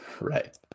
Right